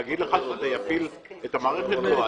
להגיד לך שזה יפיל את המערכת, לא.